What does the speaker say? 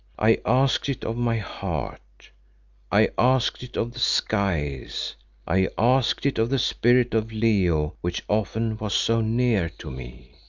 i asked it of my heart i asked it of the skies i asked it of the spirit of leo which often was so near to me.